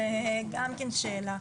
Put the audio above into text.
זו גם כן שאלה.